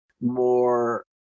more